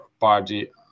party